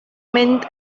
mynd